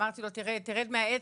ואמרתי לו: תרד מהעץ,